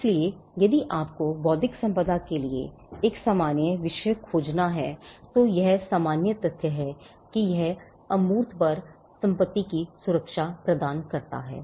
इसलिए यदि आपको बौद्धिक संपदा के लिए एक सामान्य विषय खोजना है तो यह सामान्य तथ्य है कि यह इंटैंगिबल्स पर संपत्ति की सुरक्षा प्रदान करता है